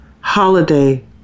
holiday